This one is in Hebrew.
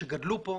שגדלו פה,